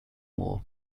more